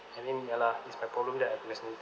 and then ya lah it's my problem that I procrastinated